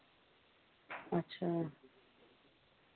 अच्छा